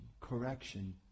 correction